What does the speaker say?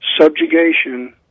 subjugation